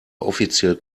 offiziell